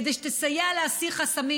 כדי שתסייע להסיר חסמים,